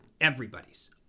everybody's